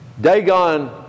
Dagon